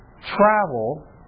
travel